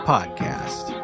Podcast